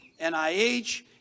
NIH